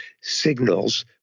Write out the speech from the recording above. signals